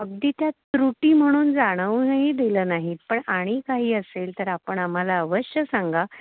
अगदी त्या त्रुटी म्हणून जाणवूनही दिलं नाहीत पण आणि काही असेल तर आपण आम्हाला अवश्य सांगा